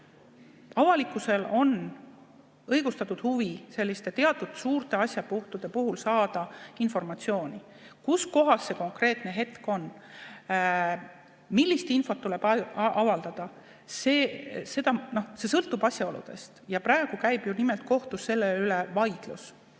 Avalikkusel on õigustatud huvi saada teatud suurte asjade puhul informatsiooni. Milline see konkreetne hetk on, millist infot tuleb avaldada, see sõltub asjaoludest. Praegu käib ju nimelt kohtus vaidlus